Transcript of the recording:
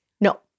No